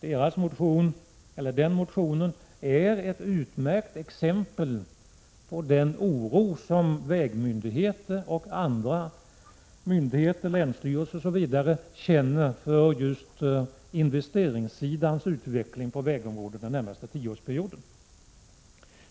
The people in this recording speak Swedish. Den motionen är ett utmärkt exempel på den oro som vägmyndigheter, länsstyrelser och andra myndigheter känner över investeringssidans utveckling på vägområdet under den närmaste tio årsperioden.